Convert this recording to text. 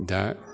दा